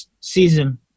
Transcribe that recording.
season